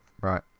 right